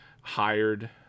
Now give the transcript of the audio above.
hired